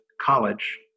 college